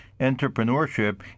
entrepreneurship